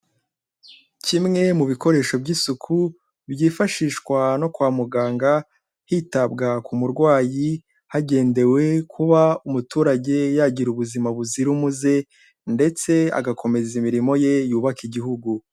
Kimwe mu bikoresho by'isuku byifashishwa no kwa muganga, hitabwa ku murwayi, hagendewe kuba umuturage yagira ubuzima buzira umuze ndetse agakomeza imirimo ye yubaka igihugu.